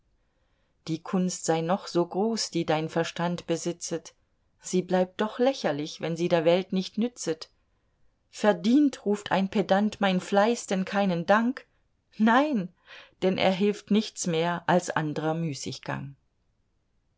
die kunst sei noch so groß die dein verstand besitzet sie bleibt doch lächerlich wenn sie der welt nicht nützet verdient ruft ein pedant mein fleiß denn keinen dank nein denn er hilft nichts mehr als andrer müßiggang